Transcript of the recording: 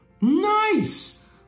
Nice